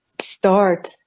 start